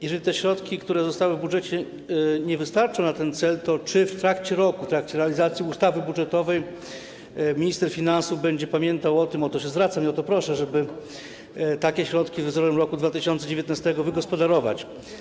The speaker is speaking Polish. Jeżeli te środki, które zostały w budżecie, nie wystarczą na ten cel, to czy w trakcie roku, w trakcie realizacji ustawy budżetowej minister finansów będzie pamiętał o tym - o to się zwracam i o to proszę - żeby takie środki wzorem roku 2019 wygospodarować?